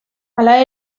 hala